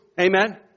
Amen